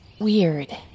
weird